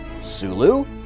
Sulu